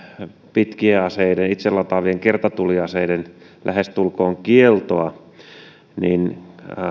pitkien aseiden itselataavien kertatuliaseiden lähestulkoon kieltoa mutta